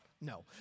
No